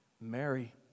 Mary